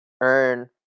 earn